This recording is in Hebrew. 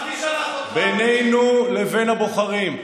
בינינו לבין הבוחרים.